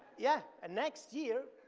yeah. and next year,